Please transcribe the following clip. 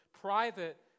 private